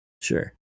Sure